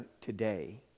today